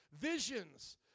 visions